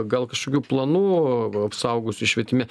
gal kažkokių planų suaugusių švietime